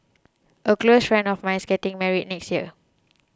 a close friend of mine is getting married this year